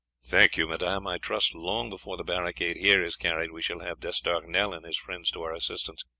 thank you, madame i trust long before the barricade here is carried we shall have d'estournel and his friends to our assistance.